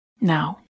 Now